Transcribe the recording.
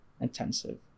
intensive